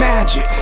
Magic